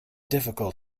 difficult